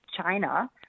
China